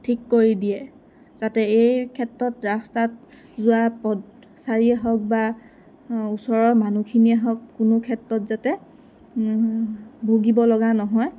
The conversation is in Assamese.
ঠিক কৰি দিয়ে যাতে এই ক্ষেত্ৰত ৰাস্তাত যোৱা পথচাৰীয়ে হওক বা ওচৰৰ মানুহখিনিয়েই হওক কোনো ক্ষেত্ৰত যাতে ভুগিব লগা নহয়